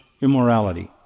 immorality